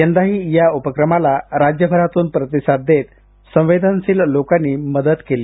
यंदाही या उपक्रमाला राज्यभरातून प्रतिसाद देत संवेदनशील लोकांनी मदत केली